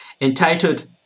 entitled